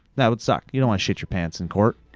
that would suck, you don't wanna shit your pants in court.